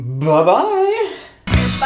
Bye-bye